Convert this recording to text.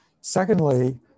Secondly